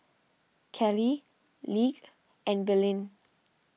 Cale Lige and Belen